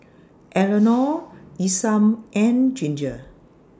Eleonore Isam and Ginger